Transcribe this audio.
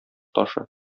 ташы